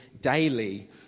daily